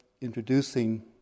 introducing